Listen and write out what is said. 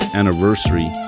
anniversary